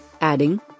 adding